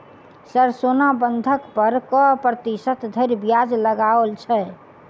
Sir सोना बंधक पर कऽ प्रतिशत धरि ब्याज लगाओल छैय?